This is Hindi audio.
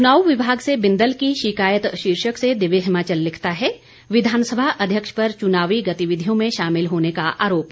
चुनाव विभाग से बिंदल की शिकायत शीर्षक से दिव्य हिमाचल लिखता है विधानसभा अध्यक्ष पर चुनावी गतिविधियों में शामिल होने का आरोप